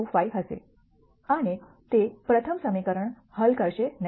25 હશે અને તે પ્રથમ સમીકરણ હલ કરશે નહીં